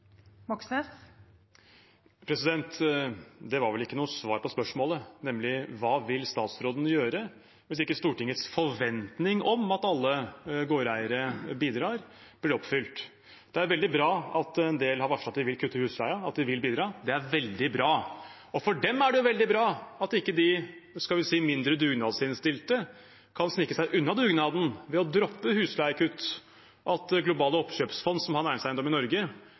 Det var vel ikke noe svar på spørsmålet, nemlig: Hva vil statsråden gjøre hvis ikke Stortingets forventning om at alle gårdeiere bidrar, blir oppfylt? Det er veldig bra at en del har varslet at de vil kutte i husleien, at de vil bidra – det er veldig bra. For dem er det veldig bra at ikke de mindre dugnadsinnstilte kan snike seg unna dugnaden ved å droppe husleiekutt, at globale oppkjøpsfond som har næringseiendom i Norge,